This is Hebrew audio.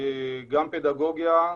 גם פדגוגיה,